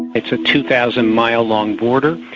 it's a two thousand mile long border.